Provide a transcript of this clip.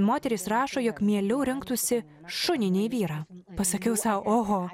moterys rašo jog mieliau rinktųsi šunį nei vyrą pasakiau sau oho